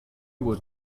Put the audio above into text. would